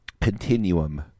continuum